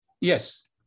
Yes